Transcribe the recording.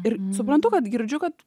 ir suprantu kad girdžiu kad